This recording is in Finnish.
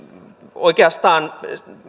oikeastaan